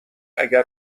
اگر